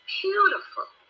beautiful